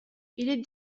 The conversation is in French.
philippe